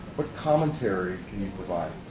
what commentary can you provide?